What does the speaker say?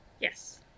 Yes